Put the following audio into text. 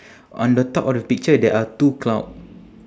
on the top of the picture there are two cloud